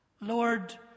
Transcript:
Lord